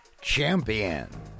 champion